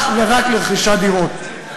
אך ורק לרכישת דירות,